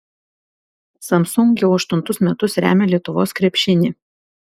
samsung jau aštuntus metus remia lietuvos krepšinį